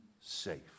safe